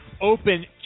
Open